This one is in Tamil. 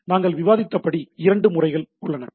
எனவே நாங்கள் விவாதித்தபடி இரண்டு முறை உள்ளன